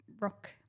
rock